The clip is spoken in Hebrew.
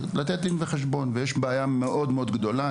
צריכים לתת עליהם דין וחשבון ויש שם בעיה מאוד מאוד גדולה.